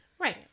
Right